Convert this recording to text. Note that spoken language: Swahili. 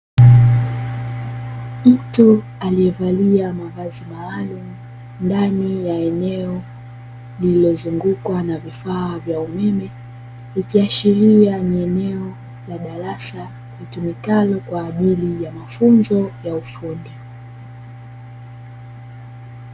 Mtu aliyevalia mavazi maalumu, ndani ya eneo lililozungukwa na vifaa vya umeme, ikiashiria ni eneo la darasa litumikalo kwa ajili ya mafunzo ya ufundi.